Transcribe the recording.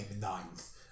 ninth